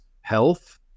health